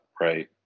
right